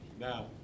Now